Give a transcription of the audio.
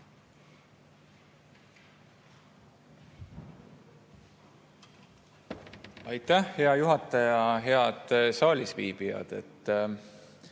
Aitäh, hea juhataja! Head saalisviibijad!